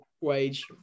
wage